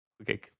Okay